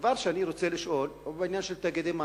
הדבר שאני רוצה לשאול הוא בעניין של תאגידי מים.